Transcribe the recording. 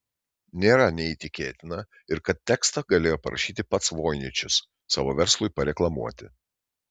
nėra neįtikėtina ir kad tekstą galėjo parašyti pats voiničius savo verslui pareklamuoti